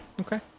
Okay